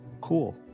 Cool